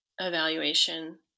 evaluation